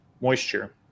moisture